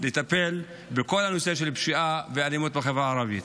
ותטפל בכל הנושא של פשיעה ואלימות בחברה הערבית.